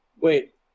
Wait